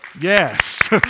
Yes